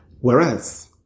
Whereas